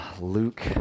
Luke